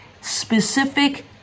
Specific